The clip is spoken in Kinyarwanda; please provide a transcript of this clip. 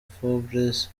forbes